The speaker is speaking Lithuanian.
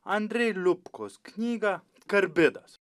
andrėj liupkos knygą karbidas